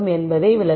என்பதை விளக்கும்